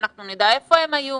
כי אנחנו נוכל לדעת איפה הם היו,